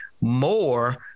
more